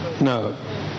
No